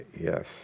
yes